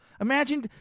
Imagine